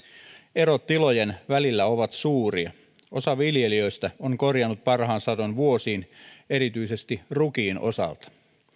erot tilojen välillä ovat suuria osa viljelijöistä on korjannut parhaan sadon vuosiin erityisesti rukiin osalta